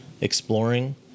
exploring